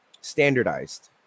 standardized